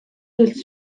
жил